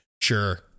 sure